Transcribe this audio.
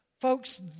Folks